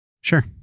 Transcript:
Sure